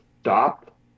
Stop